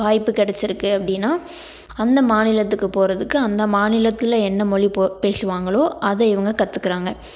வாய்ப்பு கிடச்சிருக்கு அப்படின்னா அந்த மாநிலத்துக்கு போகிறதுக்கு அந்த மாநிலத்தில் என்ன மொழி பேசுவாங்களோ அதை இவங்க கற்றுக்குறாங்க